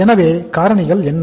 எனவே காரணிகள் என்ன